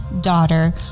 daughter